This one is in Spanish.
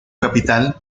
capital